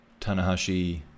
Tanahashi